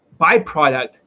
byproduct